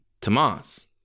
Tomas